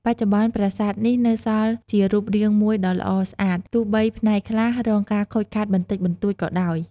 បច្ចុប្បន្ន ប្រាសាទនេះនៅសល់ជារូបរាងមួយដ៏ល្អស្អាត ទោះបីផ្នែកខ្លះរងការខូចខាតបន្តិចបន្តួចក៏ដោយ។